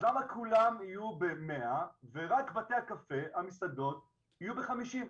אז למה כולם יהיו במאה ורק בתי קפה והמסעדות יהיו בחמישים?